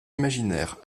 imaginaire